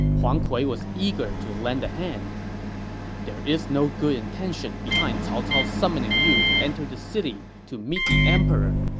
huang kui was eager to lend a hand there is no good intention behind cao cao's summoning you to enter the city to meet the emperor,